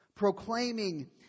proclaiming